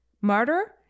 murder